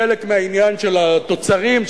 חלק מהעניין של התוצרים,